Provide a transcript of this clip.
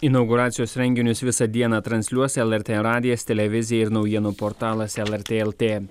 inauguracijos renginius visą dieną transliuos lrt radijas televizija ir naujienų portalas lrt lt